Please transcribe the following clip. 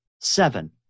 seven